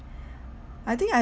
I think I